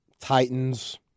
Titans